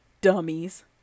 Dummies